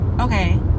okay